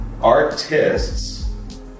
artists